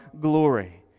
glory